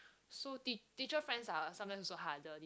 so tea~ teacher friends are sometimes also harder depends